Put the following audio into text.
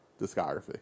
discography